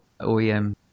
OEM